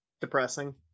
depressing